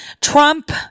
Trump